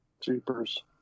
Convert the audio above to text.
Jeepers